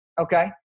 okay